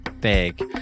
big